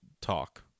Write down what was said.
talk